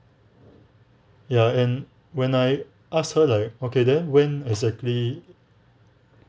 ya and when I asked her like okay then when exactly